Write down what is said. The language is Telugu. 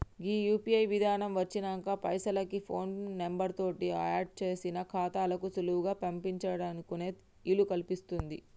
గీ యూ.పీ.ఐ విధానం వచ్చినంక పైసలకి ఫోన్ నెంబర్ తోటి ఆడ్ చేసిన ఖాతాలకు సులువుగా పంపించుకునే ఇలుకల్పింది